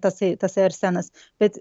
tasai tasai arsenas bet